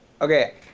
Okay